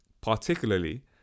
Particularly